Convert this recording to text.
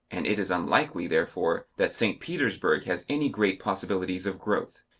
and it is unlikely, therefore, that st. petersburg has any great possibilities of growth.